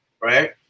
Right